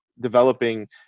developing